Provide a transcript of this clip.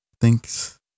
thanks